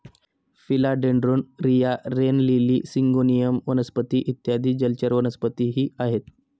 फिला dendron, रिया, rain lily, syngonium वनस्पती इत्यादी जलचर वनस्पतीही आहेत